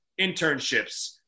internships